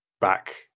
back